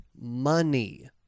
money